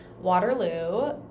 Waterloo